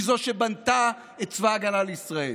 היא זו שבנתה את צבא הגנה לישראל,